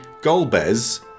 Golbez